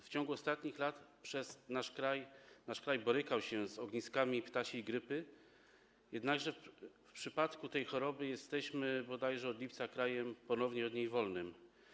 W ciągu ostatnich lat nasz kraj borykał się z ogniskami ptasiej grypy, jednakże w przypadku tej choroby jesteśmy, bodajże od lipca, krajem ponownie od niej wolnym.